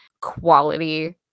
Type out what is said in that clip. quality